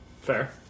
Fair